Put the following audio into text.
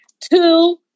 Two